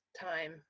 time